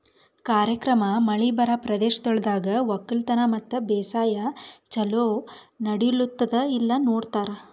ಕಾರ್ಯಕ್ರಮ ಮಳಿ ಬರಾ ಪ್ರದೇಶಗೊಳ್ದಾಗ್ ಒಕ್ಕಲತನ ಮತ್ತ ಬೇಸಾಯ ಛಲೋ ನಡಿಲ್ಲುತ್ತುದ ಇಲ್ಲಾ ನೋಡ್ತಾರ್